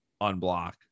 unblock